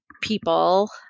People